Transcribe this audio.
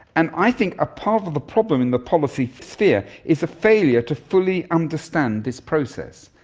and i think a part of the problem in the policy sphere is a failure to fully understand this process,